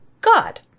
God